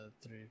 three